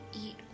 eat